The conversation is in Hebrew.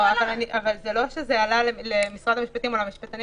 זה לא עלה למשרד המשפטים או למשפטנים